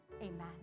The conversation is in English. Amen